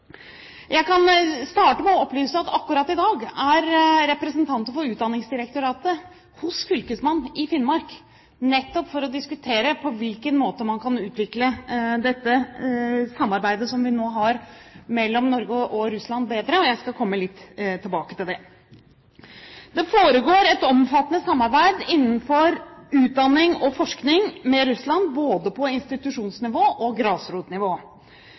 Jeg kan starte med å opplyse at akkurat i dag er representanter for Utdanningsdirektoratet hos fylkesmannen i Finnmark nettopp for å diskutere på hvilken måte man kan utvikle dette samarbeidet som vi nå har mellom Norge og Russland, bedre. Jeg skal komme litt tilbake til det. Det foregår et omfattende samarbeid innenfor utdanning og forskning med Russland både på institusjonsnivå og på grasrotnivå.